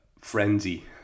frenzy